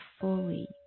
fully